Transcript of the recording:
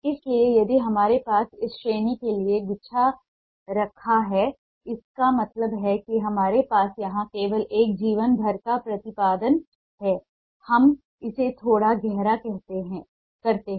इसलिए यदि हमारे पास इस श्रेणी की एक गुच्छा रेखा है इसका मतलब है कि हमारे पास यहाँ केवल एक जीवन भर का प्रतिपादन है हम इसे थोड़ा गहरा करते हैं